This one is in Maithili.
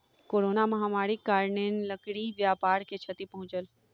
कोरोना महामारीक कारणेँ लकड़ी व्यापार के क्षति पहुँचल